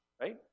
right